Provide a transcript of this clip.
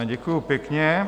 Děkuji pěkně.